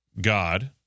God